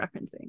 referencing